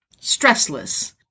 stressless